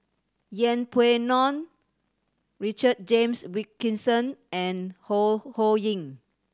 Yeng Pway Ngon Richard James Wilkinson and Ho Ho Ying